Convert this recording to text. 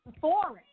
foreign